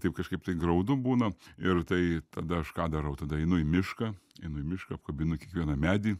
taip kažkaip tai graudu būna ir tai tada aš ką darau tada einu į mišką einu į mišką apkabinu kiekvieną medį